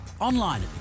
Online